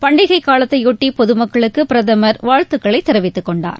பண்டிகைக் காலத்தையொட்டி பொதுமக்களுக்கு பிரதமர் வாழ்த்துக்களை தெரிவித்துக் கொண்டார்